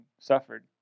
suffered